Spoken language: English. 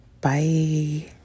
Bye